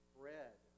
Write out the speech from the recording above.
bread